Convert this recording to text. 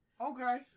Okay